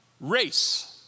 Race